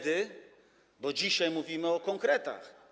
Dzisiaj mówimy o konkretach.